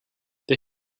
the